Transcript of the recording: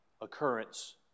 occurrence